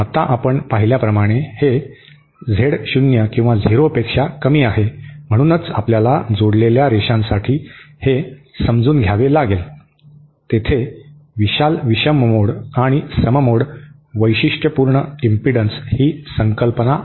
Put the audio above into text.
आता आपण पाहिल्याप्रमाणे हे झेड झिरो पेक्षा कमी आहे म्हणूनच आपल्याला जोडलेल्या रेषांसाठी हे समजून घ्यावे लागेल तेथे विशाल विषम मोड आणि सम मोड वैशिष्ट्यपूर्ण इम्पेडन्स ही संकल्पना आहे